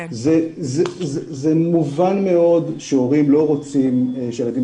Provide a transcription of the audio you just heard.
זה מובן מאוד שהורים לא רוצים שהילדים